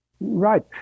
Right